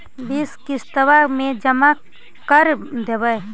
बिस किस्तवा मे जमा कर देवै?